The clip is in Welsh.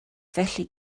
felly